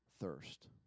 thirst